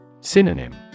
Synonym